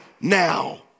now